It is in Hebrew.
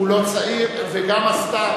ההצעה